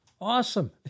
awesome